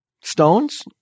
Stones